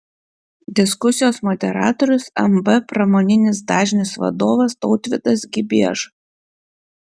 diskusijos moderatorius mb pramoninis dažnis vadovas tautvydas gibieža